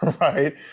right